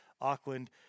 auckland